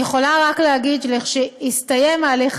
אני רק יכולה להגיד שלכשיסתיים ההליך